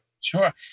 Sure